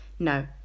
No